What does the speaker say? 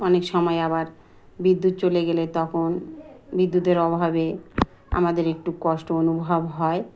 অনেক সময় আবার বিদ্যুৎ চলে গেলে তখন বিদ্যুতের অভাবে আমাদের একটু কষ্ট অনুভব হয়